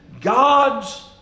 God's